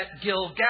Gilgal